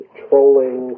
trolling